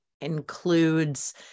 includes